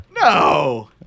No